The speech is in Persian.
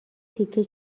تیکه